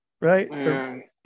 right